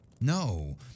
no